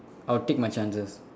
I'll take my chances